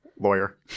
lawyer